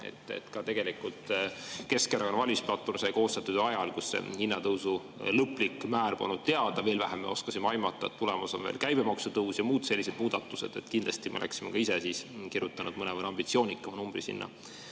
ka. Tegelikult sai Keskerakonna valimisplatvorm koostatud ajal, kui hinnatõusu lõplik määr polnud teada, veel vähem oskasime aimata, et tulemas on veel käibemaksutõus ja muud sellised muudatused. Kindlasti me oleksime ka ise siis kirjutanud mõnevõrra ambitsioonikama numbri sinna